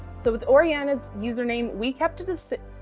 so with oriana's username. we kept it a c,